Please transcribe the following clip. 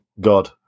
God